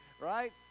right